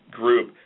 group